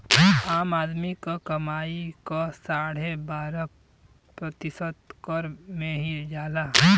आम आदमी क कमाई क साढ़े बारह प्रतिशत कर में ही जाला